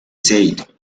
said